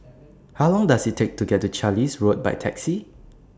How Long Does IT Take to get to Carlisle Road By Taxi